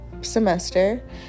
semester